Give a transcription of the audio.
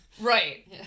Right